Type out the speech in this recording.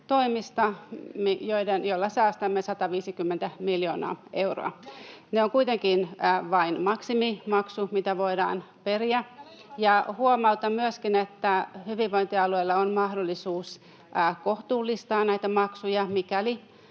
jolla säästämme 150 miljoonaa euroa. Se on kuitenkin vain maksimimaksu, mitä voidaan periä, ja huomautan myöskin, että hyvinvointialueilla on mahdollisuus kohtuullistaa näitä maksuja, mikäli